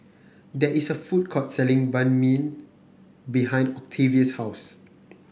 there is a food court selling Banh Mi behind Octavius' house